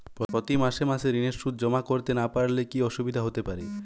প্রতি মাসে মাসে ঋণের সুদ জমা করতে না পারলে কি অসুবিধা হতে পারে?